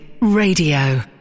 Radio